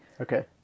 Okay